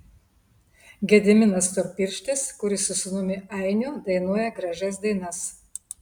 gediminas storpirštis kuris su sūnumi ainiu dainuoja gražias dainas